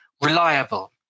reliable